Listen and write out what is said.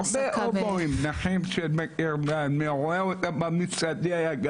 בהרבה הומואים נכים שאני רואה אותם במשרדים.